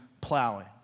plowing